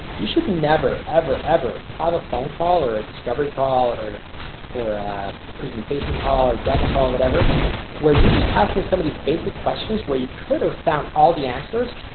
you should never ever ever have a phone call or a discovery call or or presentation call or democrat or whatever where you're just asking some of these basic questions where you could have found all the answers.